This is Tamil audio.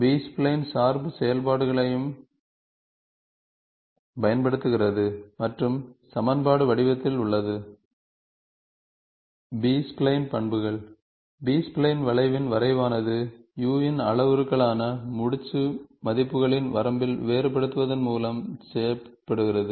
பி ஸ்பைலைன் சார்பு செயல்பாடுகளையும் கலத்தல் செயல்பாடுகள் பயன்படுத்துகிறது மற்றும் சமன்பாடு வடிவத்தில் உள்ளது பி ஸ்பைலைன் பண்புகள் பி ஸ்பைலைன் வளைவின் வரைவானது u இன் அளவுருக்களை முடிச்சு மதிப்புகளின் வரம்பில் வேறுபடுத்துவதன் மூலம் செய்யப்படுகிறது